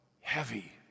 heavy